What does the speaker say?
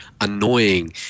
annoying